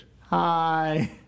Hi